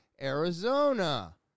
Arizona